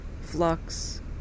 flux